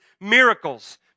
miracles